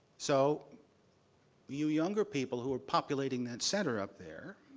so you younger people who are populating that center up there,